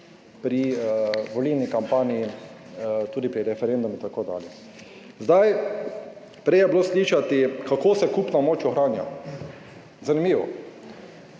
pri volilni kampanji, tudi pri referendumu in tako dalje. Prej je bilo slišati, kako se kupna moč ohranja. Zanimivo.